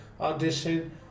audition